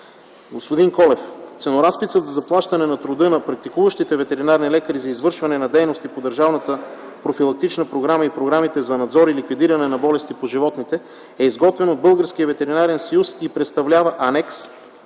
Господин Колев, ценоразписът за заплащане на труда на практикуващите ветеринарни лекари за извършване на дейности по държавната профилактична програма и програмите за надзор и ликвидиране на болести по животните е изготвен от Българския ветеринарен съюз и представлява анекс